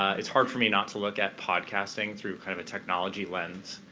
it's hard for me not to look at podcasting through kind of a technology lens.